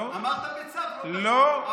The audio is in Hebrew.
לא, לא,